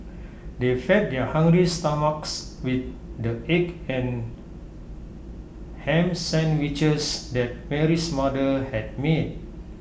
they fed their hungry stomachs with the egg and Ham Sandwiches that Mary's mother had made